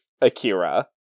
Akira